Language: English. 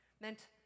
meant